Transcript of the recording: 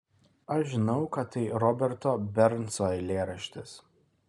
aš žinau kad tai roberto bernso eilėraštis